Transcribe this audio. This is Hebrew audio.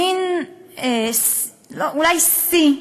מין, אולי שיא,